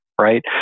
right